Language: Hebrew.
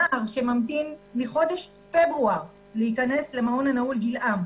נער שממתין מחודש פברואר להיכנס למעון הנעול "גיל-עם".